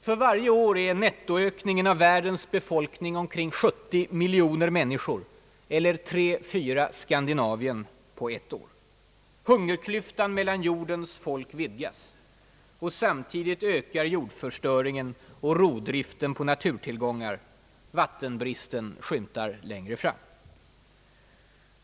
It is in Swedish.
För varje år är nettoökningen av världens befolkning omkring 70 miljoner människor eller tre å fyra Skandinavien. Hungerklyftan mellan jordens folk vidgas, och samtidigt ökar jordförstöringen och rovdriften på naturtillgångar. Vattenbristen skymtar längre fram.